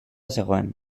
zegoen